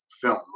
film